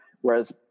Whereas